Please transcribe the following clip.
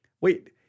Wait